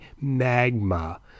Magma